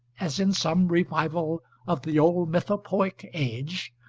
as in some revival of the old mythopoeic age,